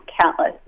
countless